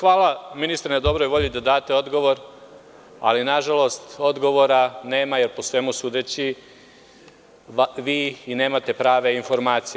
Hvala, ministre, na dobroj volji da date odgovor, ali nažalost odgovora nema, jer, po svemu sudeći, vi i nemate prave informacije.